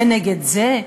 זה נגד זה.